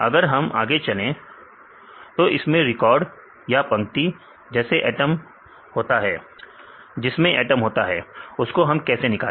अगर हम आगे चलें तो इसमें रिकॉर्ड या पंक्ति जिसमें एटम होता है उसको हम कैसे निकाले